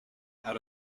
out